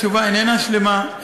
התשובה איננה שלמה,